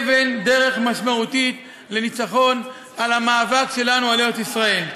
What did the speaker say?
אבן דרך משמעותית לניצחון במאבק שלנו על ארץ-ישראל.